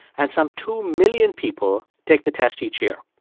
and some two million people take the test each year